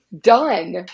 done